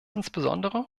insbesondere